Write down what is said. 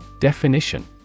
Definition